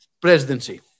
presidency